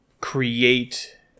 create